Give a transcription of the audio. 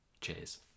Cheers